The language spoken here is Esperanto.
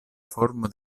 formo